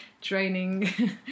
training